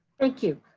thank you.